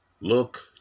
look